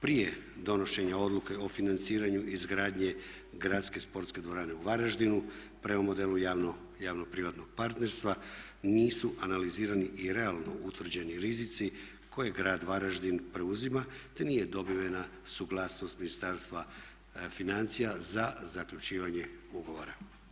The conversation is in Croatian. Prije donošenja Odluke o financiranju izgradnje gradske sportske dvorane u Varaždinu prema modelu javno-privatnog partnerstva nisu analizirani i realno utvrđeni rizici koje grad Varaždin preuzima te nije dobivena suglasnost Ministarstva financija za zaključivanje ugovora.